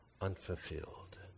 unfulfilled